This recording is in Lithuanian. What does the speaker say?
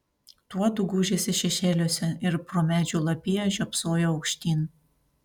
tuodu gūžėsi šešėliuose ir pro medžių lapiją žiopsojo aukštyn